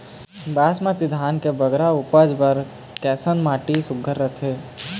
बासमती धान के बगरा उपज बर कैसन माटी सुघ्घर रथे?